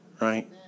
Right